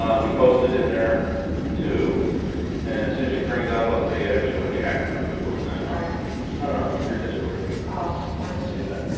ah we posted in there too and since she brings it up i'll tell you actually what chat group it was i'm sorry no no your discord oh yeah